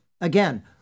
Again